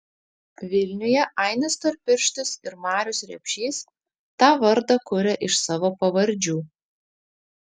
vilniuje ainis storpirštis ir marius repšys tą vardą kuria iš savo pavardžių